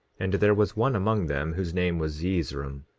and there was one among them whose name was zeezrom.